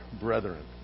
brethren